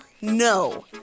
no